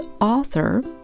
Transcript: author